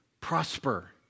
prosper